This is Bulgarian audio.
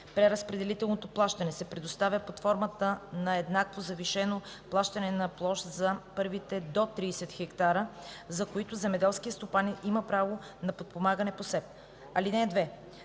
Преразпределителното плащане се предоставя под формата на еднакво завишено плащане на площ за първите до 30 ха, за които земеделският стопанин има право на подпомагане по СЕПП. (2)